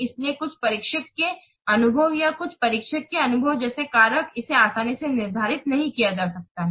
इसलिए कुछ परीक्षक के अनुभव या कुछ परीक्षक के अनुभव जैसे कारक इसे आसानी से निर्धारित नहीं किया जा सकता है